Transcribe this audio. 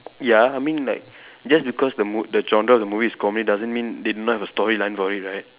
ya I mean like just because the mo~ the genre of the movie is comedy doesn't mean they do not have have a storyline for it right